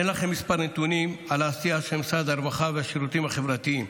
אתן לכם מספר נתונים על העשייה של משרד הרווחה והשירותים החברתיים.